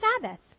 Sabbath